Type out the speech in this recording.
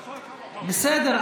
בסדר?